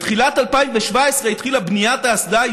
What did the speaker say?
בתחילת 2017 התחילה בניית האסדה.